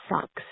sucks